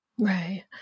right